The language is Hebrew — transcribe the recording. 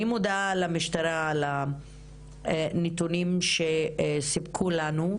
אני מודה למשטרה על הנתונים שהיא סיפקה לנו,